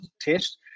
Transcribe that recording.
test